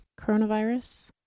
coronavirus